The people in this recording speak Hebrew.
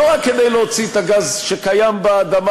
לא רק כדי להוציא את הגז שקיים באדמה